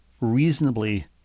reasonably